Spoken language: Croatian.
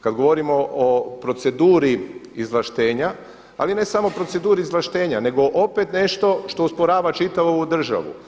Kada govorimo o proceduru izvlaštenja, ali ne samo proceduri izvlaštenja nego opet nešto što usporava čitavu ovu državu.